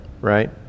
right